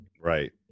Right